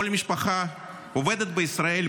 כל משפחה עובדת בישראל,